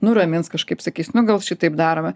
nuramins kažkaip sakys nu gal šitaip darome